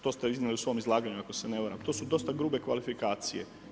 To ste iznijeli u svom izlaganju, ako se ne varam, to su dosta grube kvalifikacije.